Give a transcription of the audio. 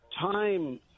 Time